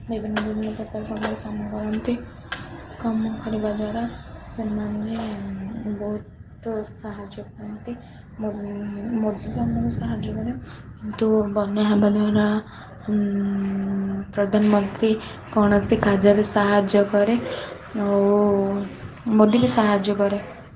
ବିଭିନ୍ନ ବିଭିନ୍ନ ପ୍ରକାର କାମ କରନ୍ତି କାମ କରିବା ଦ୍ୱାରା ସେମାନେ ବହୁତ ସାହାଯ୍ୟ କରନ୍ତି ଆମକୁ ସାହାଯ୍ୟ କରେ କିନ୍ତୁ ବନ୍ୟା ହେବା ଦ୍ୱାରା ପ୍ରଧାନମନ୍ତ୍ରୀ କୌଣସି କାର୍ଯ୍ୟରେ ସାହାଯ୍ୟ କରେ ଆଉ ମୋଦୀ ବି ସାହାଯ୍ୟ କରେ